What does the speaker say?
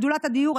שדולת הדיור,